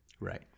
Right